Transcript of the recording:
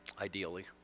ideally